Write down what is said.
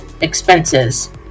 expenses